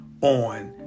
on